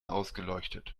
ausgeleuchtet